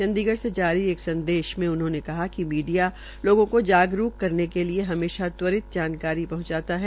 चंडीगढ़ में जारी एक संदेश में उन्होंने कहा कि मीडिया लोगों को जागरूक करने के लिए हमेशा तत्पर जानकारी पहंचाता है